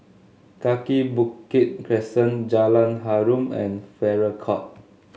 Kaki Bukit Crescent Jalan Harum and Farrer Court